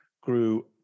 grew